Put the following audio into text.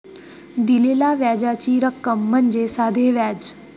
दिलेल्या व्याजाची रक्कम म्हणजे साधे व्याज